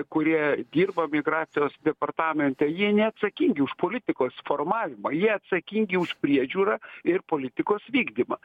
kurie dirba migracijos departamente jie neatsakingi už politikos formavimą jie atsakingi už priežiūrą ir politikos vykdymą